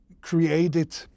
created